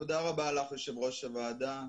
תודה רבה לך, יושבת-ראש הוועדה.